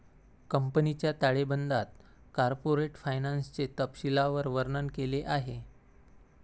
कंपनीच्या ताळेबंदात कॉर्पोरेट फायनान्सचे तपशीलवार वर्णन केले आहे